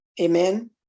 Amen